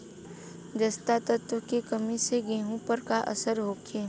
जस्ता तत्व के कमी से गेंहू पर का असर होखे?